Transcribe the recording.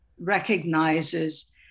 recognizes